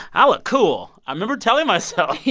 i look cool. i remember telling myself